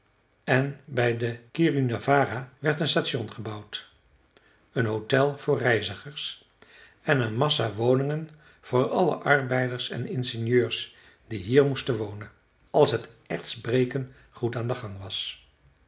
en bij de kirunavara werd een station gebouwd een hôtel voor reizigers en een massa woningen voor alle arbeiders en ingenieurs die hier moesten wonen als het ertsbreken goed aan den gang was